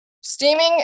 Steaming